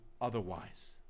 otherwise